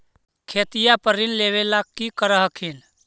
खेतिया पर ऋण लेबे ला की कर हखिन?